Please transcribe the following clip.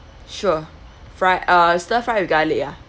sure fry uh stir fry with garlic ah